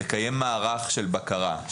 לקיים מערך של בקרה,